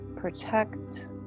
protect